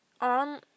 on